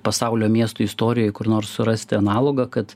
pasaulio miestų istorijoje kur nors surasti analogą kad